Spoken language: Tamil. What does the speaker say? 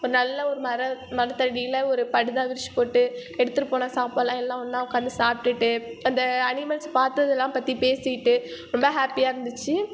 ஒரு நல்ல ஒரு மரத் மரத்தடியில் ஒரு படுதா விரித்து போட்டு எடுத்துட்டு போன சாப்பாடெலாம் ஒன்றா உட்காந்து சாப்பிட்டுட்டு அந்த அனிமல்ஸ் பார்த்ததுலாம் பற்றி பேசிட்டு ரொம்ப ஹாப்பியாக இருந்துச்சு